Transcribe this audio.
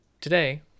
Today